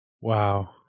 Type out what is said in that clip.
Wow